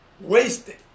Wasted